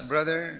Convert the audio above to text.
Brother